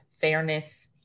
fairness